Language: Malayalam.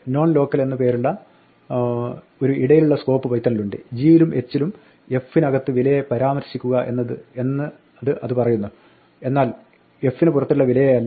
non local എന്ന പേരുള്ള ഒരു ഇടയിലുള്ള സ്കോപ്പ് പൈത്തണിലുണ്ട് g യിലും h ലും f നകത്ത് വിലയെ പരാമർശിക്കുക എന്ന അത് പറയുന്നു എന്നാൽ f പുറത്തുള്ള വിലയെയല്ല